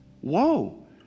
Whoa